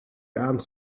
armed